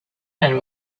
and